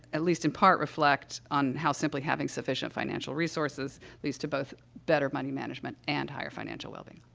at least in part, reflect on how simply having sufficient financial resources leads to both better money management and higher financial wellbeing.